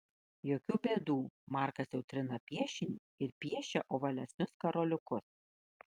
jokių bėdų markas jau trina piešinį ir piešia ovalesnius karoliukus